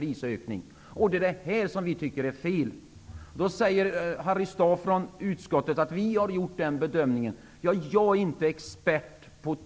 Det är det som vi tycker är fel. Harry Staaf säger att utskottet har gjort den bedömningen. Jag är inte expert på